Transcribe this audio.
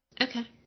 Okay